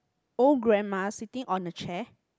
old grandma sitting on a chair